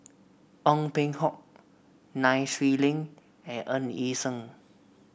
Ong Peng Hock Nai Swee Leng and Ng Yi Sheng